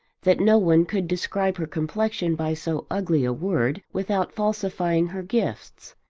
that no one could describe her complexion by so ugly a word without falsifying her gifts.